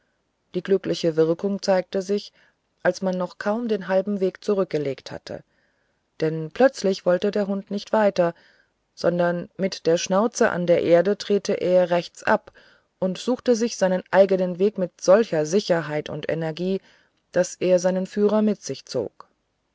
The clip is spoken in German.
die glückliche wirkung zeigte sich als man noch kaum den halben weg zurückgelegt hatte denn plötzlich wollte der hund nicht weiter sondern mit der schnauze an der erde drehte er rechts ab und suchte sich seinen eigenen weg mit solcher sicherheit und energie daß er seinen führer mit sich zog